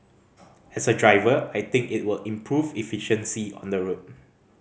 as a driver I think it will improve efficiency on the road